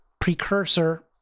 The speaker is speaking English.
precursor